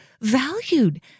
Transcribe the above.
valued